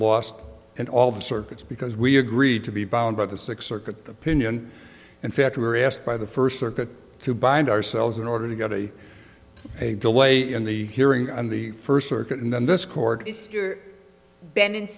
lost in all the circuits because we agreed to be bound by the six circuit the pinion in fact we were asked by the first circuit to bind ourselves in order to go to a delay in the hearing on the first circuit and then this court is bend in